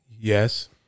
Yes